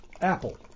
Apple